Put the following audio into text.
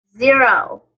zero